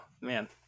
man